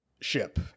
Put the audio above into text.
ship